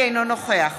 אינו נוכח